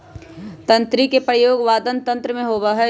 तंत्री के प्रयोग वादन यंत्र में होबा हई